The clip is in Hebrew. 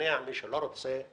לא להפריע.